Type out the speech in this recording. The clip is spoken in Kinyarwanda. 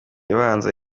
ibanza